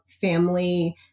family